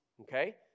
Okay